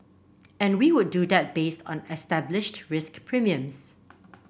and we would do that based on established risk premiums